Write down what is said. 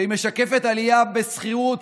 שהיא משקפת עלייה בשכירות,